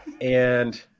and-